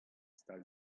stal